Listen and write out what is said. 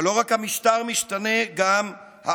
אבל לא רק המשטר משתנה, גם האקלים,